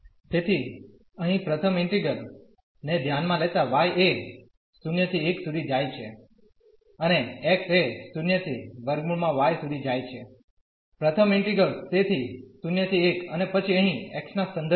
તેથી અહીં પ્રથમ ઇન્ટીગ્રલ ને ધ્યાનમાં લેતાં y એ 0 ¿1 સુધી જાય છે અને x એ 0 થી √ y સુધી જાય છે પ્રથમ ઇન્ટિગ્રેલ્સ તેથી 0 ¿1 અને પછી અહીં x ના સંદર્ભમાં